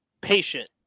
patient